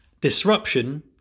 Disruption